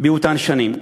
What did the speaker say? באותן שנים.